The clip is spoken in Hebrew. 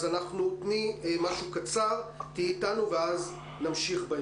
אז תני משהו קצר, תהיי אתנו ואז נמשיך.